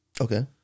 okay